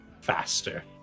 faster